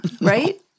right